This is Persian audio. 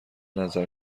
نظر